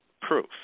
proof